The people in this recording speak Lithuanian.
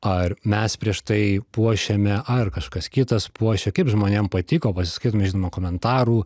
ar mes prieš tai puošėme ar kažkas kitas puošė kaip žmonėm patiko pasiskaitome žinoma komentarų